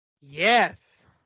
Yes